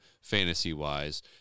fantasy-wise